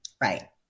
Right